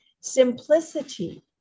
Simplicity